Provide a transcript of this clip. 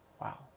Wow